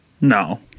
No